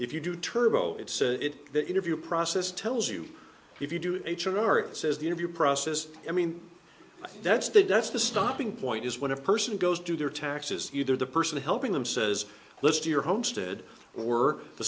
if you do turbo it the interview process tells you if you do h r it says the interview process i mean that's the that's the stopping point is when a person goes do their taxes either the person helping them says list your homestead were the